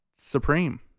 Supreme